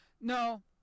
no